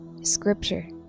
scripture